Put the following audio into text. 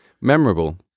memorable